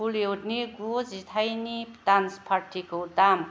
बलियुड'नि गु जिथाइनि दान्स पार्टिखौ दाम